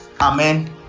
amen